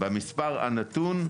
במספר הנתון,